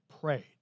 Prayed